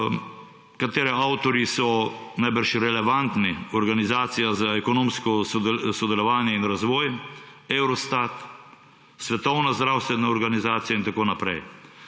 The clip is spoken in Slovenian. katere avtorji so najbrž relevantni: Organizacija za ekonomsko sodelovanje in razvoj, Eurostat, Svetovna zdravstvena organizacija in tako naprej.